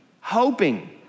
hoping